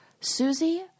Susie